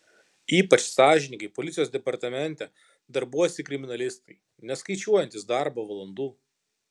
ypač sąžiningai policijos departamente darbuojasi kriminalistai neskaičiuojantys darbo valandų